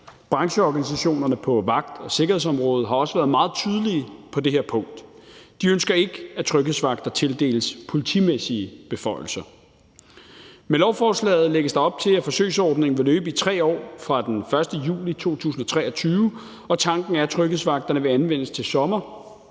Brancheorganisationerne på vagt- og sikkerhedsområdet har også været meget tydelige på det her punkt. De ønsker ikke, at tryghedsvagter tildeles politimæssige beføjelser. Med lovforslaget lægges der op til, at forsøgsordningen vil løbe i 3 år fra den 1. juli 2023, og tanken er, at tryghedsvagterne vil anvendes til sommer,